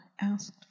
asked